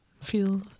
Feel